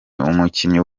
umukinnyi